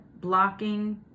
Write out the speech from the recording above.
blocking